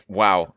wow